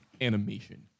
animation